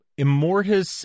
immortus